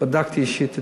בדקתי אישית אתו.